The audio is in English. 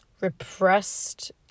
repressed